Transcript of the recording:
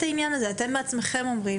אתם בעצמכם אומרים,